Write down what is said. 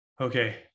Okay